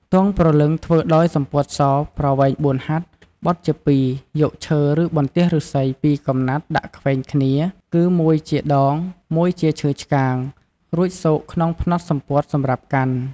ទង់ព្រលឹងធ្វើដោយសំពត់សប្រវែង ៤ ហត្ថ បត់ជា ២ យកឈើ ឬបន្ទះ ឫស្សី ២ កំណាត់ដាក់ខ្វែងគ្នា គឺមួយជាដង មួយជាឈើឆ្កាង រួចស៊កក្នុងផ្នត់សំពត់សម្រាប់កាន់។